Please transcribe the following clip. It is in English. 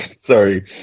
sorry